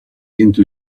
into